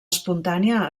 espontània